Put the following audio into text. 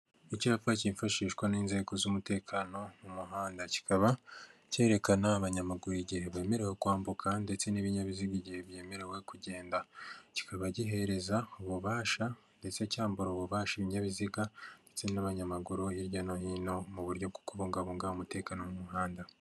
Icyapa kifashishwa n'inzego z'umutekano mu muhanda, kikaba kerekana abanyamaguru igihe bemerewe kwambuka, ndetse n'ibinyabiziga igihe byemerewe kugenda kikaba gihereza ububasha ndetse cyambu ububasha ibinyabiziga, ndetse n'abanyamaguru hirya no hino mu buryo bwo kubungabunga umutekano mu muhanda.